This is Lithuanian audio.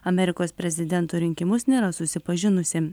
amerikos prezidento rinkimus nėra susipažinusi